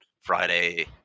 Friday